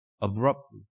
abruptly